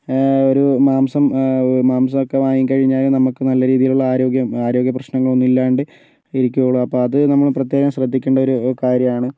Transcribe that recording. ഒരു മാംസം മാംസമൊക്കെ വാങ്ങിക്കഴിഞ്ഞാൽ നമുക്ക് നല്ല രീതിയിലുള്ള ആരോഗ്യം ആരോഗ്യ പ്രശനങ്ങളൊന്നും ഇല്ലാണ്ട് ഇരിക്കുകയുള്ളൂ അപ്പോൾ അത് നമ്മൾ പ്രത്യേകം ശ്രദ്ധിക്കേണ്ടൊരു കാര്യമാണ്